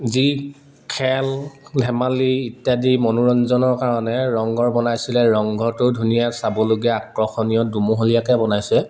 যি খেল ধেমালি ইত্যাদি মনোৰঞ্জনৰ কাৰণে ৰংঘৰ বনাইছিলে ৰংঘৰটো ধুনীয়া চাবলগীয়া আকৰ্ষণীয় দুমহলীয়াকে বনাইছে